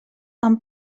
amb